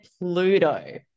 Pluto